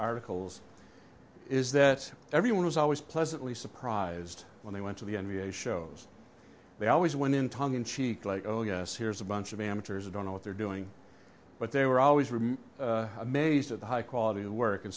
articles is that everyone was always pleasantly surprised when they went to the n b a shows they always went in tongue in cheek like oh yes here's a bunch of amateurs who don't know what they're doing but they were always remember amazed at the high quality of work and